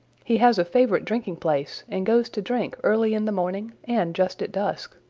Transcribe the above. he has a favorite drinking place and goes to drink early in the morning and just at dusk.